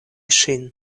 ŝin